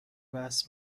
بحث